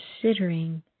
considering